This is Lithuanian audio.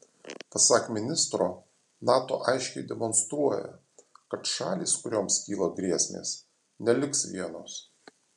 pasak ministro nato aiškiai demonstruoja kad šalys kurioms kyla grėsmės neliks vienos